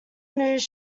news